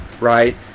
right